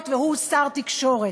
התקשורת והוא שר התקשורת.